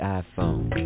iPhone